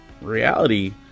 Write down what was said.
reality